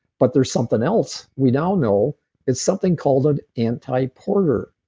but there's something else we now know it's something called an antiporter.